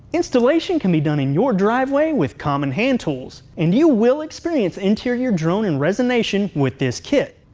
installation can be done in your driveway with common hand tools, and you will experience interior drilling and resonation with this kit.